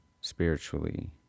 spiritually